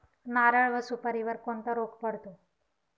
नारळ व सुपारीवर कोणता रोग पडतो?